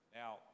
Now